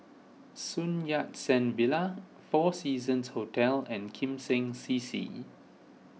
Sun Yat Sen Villa four Seasons Hotel and Kim Seng C C